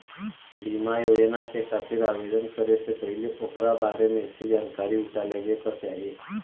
बीमा योजना के खातिर आवेदन करे से पहिले ओकरा बारें में अच्छी जानकारी जुटा लेवे क चाही